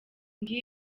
ngiyi